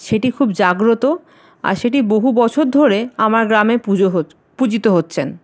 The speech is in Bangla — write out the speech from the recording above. সেটি খুব জাগ্রত আর সেটি বহু বছর ধরে আমার গ্রামে পুজো পূজিত হচ্ছেন